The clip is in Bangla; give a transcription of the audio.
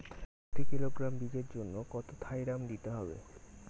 প্রতি কিলোগ্রাম বীজের জন্য কত থাইরাম দিতে হবে?